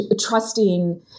trusting